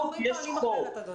המערכת שלנו היא מערכת גמישה,